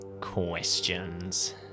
questions